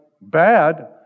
bad